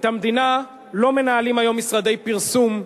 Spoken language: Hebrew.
את המדינה לא מנהלים היום משרדי פרסום,